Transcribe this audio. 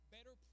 Better